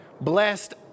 Blessed